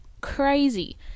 crazy